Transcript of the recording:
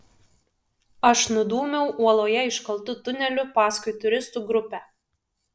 aš nudūmiau uoloje iškaltu tuneliu paskui turistų grupę